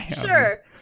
Sure